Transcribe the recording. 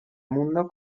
mundo